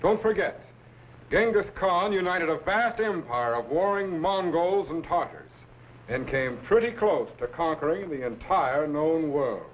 don't forget dangerous called united a vast empire of warring mongols and talkers and came pretty close to covering the entire known world